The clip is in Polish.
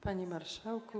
Panie Marszałku!